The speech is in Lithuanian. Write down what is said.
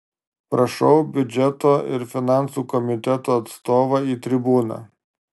prašau biudžeto ir finansų komiteto atstovą į tribūną